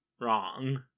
wrong